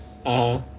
(uh huh)